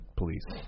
police